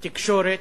תקשורת,